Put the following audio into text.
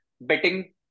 betting